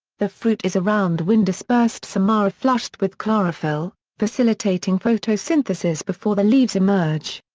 the fruit is a round wind-dispersed samara flushed with chlorophyll, facilitating photosynthesis before the leaves emerge.